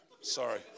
Sorry